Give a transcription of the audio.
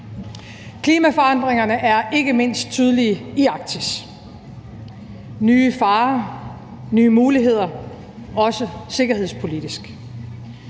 Klimaforandringerne er ikke mindst tydelige i Arktis – nye farer, nye muligheder, også sikkerhedspolitisk.